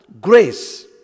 grace